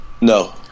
No